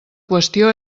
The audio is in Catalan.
qüestió